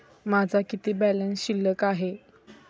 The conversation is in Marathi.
माझा किती बॅलन्स शिल्लक आहे?